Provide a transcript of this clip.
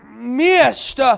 Missed